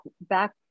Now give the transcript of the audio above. back